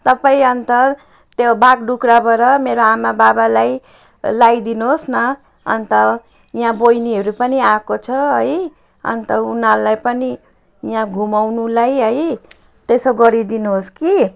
तपाईँ अन्त त्यो बाघडोग्राबाट मेरो आमाबाबालाई ल्याइदिनु होस् न अन्त यहाँ बहिनीहरू पनि आएको छ है अन्त उनीहरूलाई पनि यहाँ घुमाउनुलाई है त्यसो गरिदिनु होस् कि